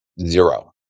Zero